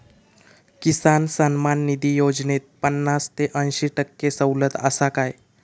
किसान सन्मान निधी योजनेत पन्नास ते अंयशी टक्के सवलत आसा काय?